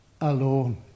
alone